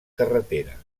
carretera